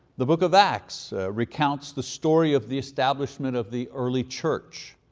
the book of acts recounts the story of the establishment of the early church.